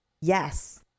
Yes